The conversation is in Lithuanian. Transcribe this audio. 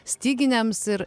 styginiams ir